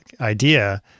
idea